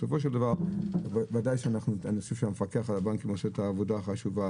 בסופו של דבר אני חושב שהמפקח על הבנקים עושה עבודה חשובה,